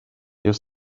your